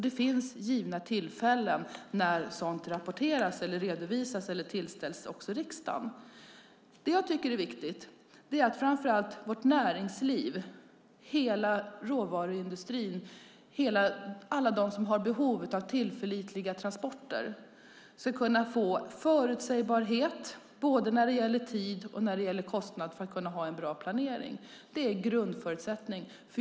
Det finns givna tillfällen när sådant rapporteras, redovisas eller tillställs också riksdagen. Det jag tycker är viktigt är att framför allt vårt näringsliv, hela råvaruindustrin, alla de som har behov av tillförlitliga transporter ska kunna få förutsägbarhet både när det gäller tid och när det gäller kostnad för att kunna ha en bra planering. Det är en grundförutsättning.